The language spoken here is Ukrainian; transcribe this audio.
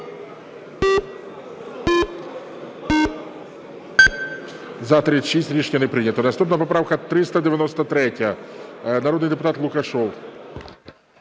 За-36 Рішення не прийнято. Наступна поправка 393, народний депутат Лукашев.